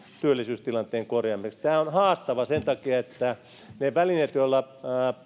työllisyystilanteen korjaamiseksi tämä on haastavaa sen takia että ne välineet joilla